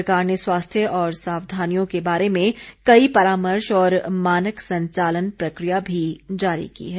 सरकार ने स्वास्थ्य और साक्षानियों के बारे में कई परामर्श और मानक संचालन प्रक्रिया भी जारी की है